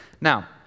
Now